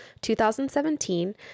2017